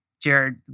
Jared